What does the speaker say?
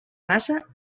massa